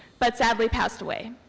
but sadly passed away.